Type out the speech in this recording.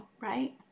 right